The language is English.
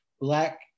Black